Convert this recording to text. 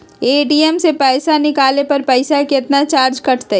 ATM से पईसा निकाले पर पईसा केतना चार्ज कटतई?